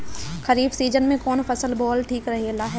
खरीफ़ season में कौन फसल बोअल ठिक रहेला ह?